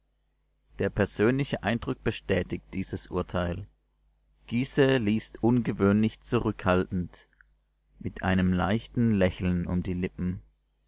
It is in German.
der persönliche eindruck bestätigt dieses urteil gysae liest ungewöhnlich zurückhaltend mit einem leichten lächeln um die lippen